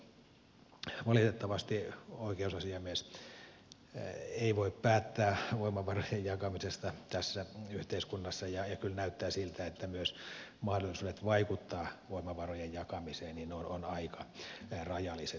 valitettavasti oikeusasiamies ei voi päättää voimavarojen jakamisesta tässä yhteiskunnassa ja kyllä näyttää siltä että myös mahdollisuudet vaikuttaa voimavarojen jakamiseen ovat aika rajalliset